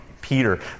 Peter